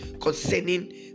concerning